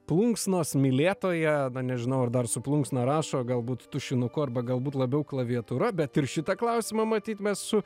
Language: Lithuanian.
plunksnos mylėtoją nežinau ar dar su plunksna rašo galbūt tušinuku arba galbūt labiau klaviatūra bet ir šitą klausimą matyt mes su